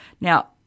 Now